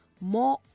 more